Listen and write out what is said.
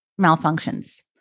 malfunctions